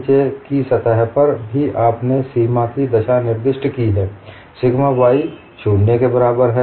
नीचे की सतह पर भी आपने सीमा की दशा निर्दिष्ट की है सिग्मा y 0 के बराबर हैं